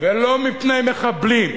ולא מפני מחבלים,